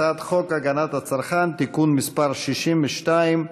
הצעת חוק הגנת הצרכן (תיקון מס' 62)